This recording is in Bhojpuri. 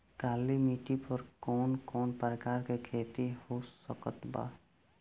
काली मिट्टी पर कौन कौन प्रकार के खेती हो सकत बा?